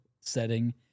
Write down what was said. setting